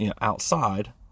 outside